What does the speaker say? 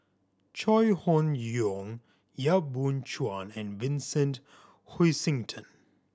Chai Hon Yoong Yap Boon Chuan and Vincent Hoisington